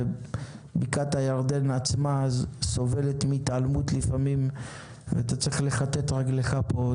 בקעת הירדן סובלת מהתעלמות לפעמים ואתה צריך לכתת רגליך פה,